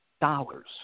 dollars